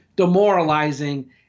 Demoralizing